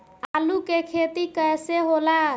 आलू के खेती कैसे होला?